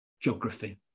geography